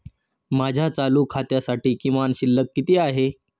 माझ्या चालू खात्यासाठी किमान शिल्लक किती आहे?